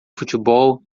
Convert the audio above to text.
futebol